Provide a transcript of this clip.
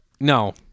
No